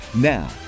Now